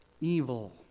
evil